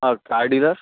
हां car dealer